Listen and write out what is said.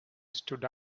stood